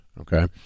okay